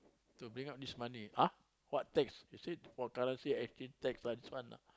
to bring out this money ah what tax they said for currency F_T tax lah this one lah